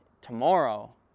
tomorrow